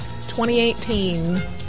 2018